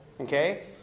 Okay